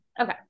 Okay